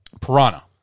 Piranha